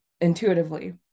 intuitively